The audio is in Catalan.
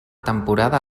temporada